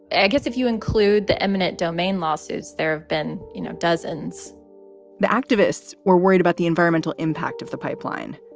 i guess if you include the eminent domain losses, there have been you know dozens the activists were worried about the environmental impact of the pipeline.